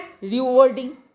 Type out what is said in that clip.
rewarding